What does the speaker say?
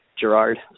Gerard